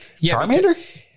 Charmander